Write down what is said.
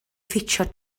ffitio